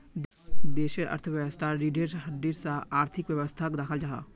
देशेर अर्थवैवास्थार रिढ़ेर हड्डीर सा आर्थिक वैवास्थाक दख़ल जाहा